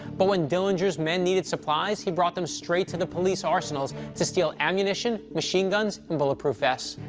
but when dillinger's men needed supplies, he brought them straight to the police arsenals to steal ammunition, machine guns, and bullet-proof vests.